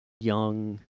young